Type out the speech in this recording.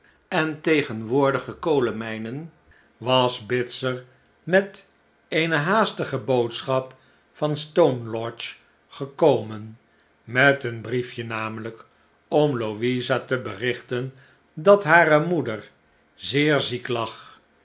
en tegenwoordige kolenmijnen was bitzer met eene haastige boodschap van stone lodge gekomen met een briefje namelijk om louisa te berichten dat hare moeder zeer ziek lag